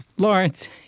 Lawrence